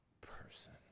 person